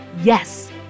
Yes